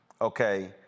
Okay